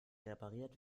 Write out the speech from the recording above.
repariert